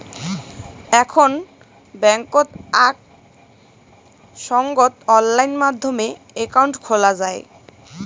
এখন বেংকত আক সঙ্গত অনলাইন মাধ্যমে একাউন্ট খোলা যাই